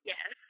Yes